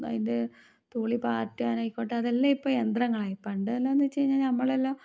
അതിൻ്റെ തൊലി പാറ്റാൻ ആയിക്കോട്ടെ അതിപ്പോൾ എല്ലാം യന്ത്രങ്ങളായി പണ്ടെല്ലാന്ന് വെച്ചുകഴിഞ്ഞാൽ നമ്മളെല്ലാം